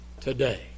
today